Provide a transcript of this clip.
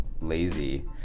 lazy